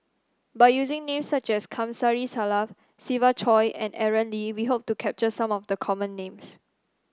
by using names such as Kamsari Salam Siva Choy and Aaron Lee we hope to capture some of the common names